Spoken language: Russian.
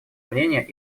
мнения